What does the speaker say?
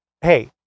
hey